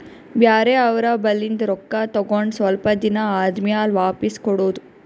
ಬ್ಯಾರೆ ಅವ್ರ ಬಲ್ಲಿಂದ್ ರೊಕ್ಕಾ ತಗೊಂಡ್ ಸ್ವಲ್ಪ್ ದಿನಾ ಆದಮ್ಯಾಲ ವಾಪಿಸ್ ಕೊಡೋದು